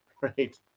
right